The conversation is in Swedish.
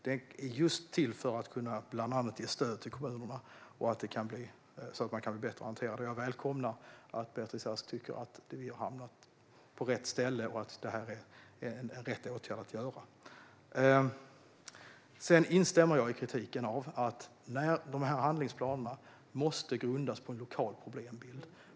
Det är till för att bland annat ge stöd till kommunerna, så att de kan bli bättre på att hantera detta. Jag välkomnar att Beatrice Ask tycker att det har hamnat på rätt ställe och att det är rätt åtgärd att vidta. Sedan instämmer jag i kritiken. Dessa handlingsplaner måste grundas på en lokal problembild.